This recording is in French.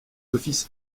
office